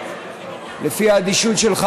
לפי האדישות שלך,